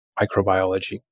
microbiology